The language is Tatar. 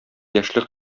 яшьлек